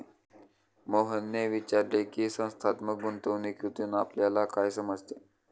मोहनने विचारले की, संस्थात्मक गुंतवणूकीतून आपल्याला काय समजते?